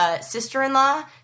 sister-in-law